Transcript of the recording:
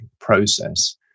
process